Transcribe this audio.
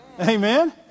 Amen